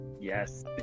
yes